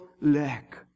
lack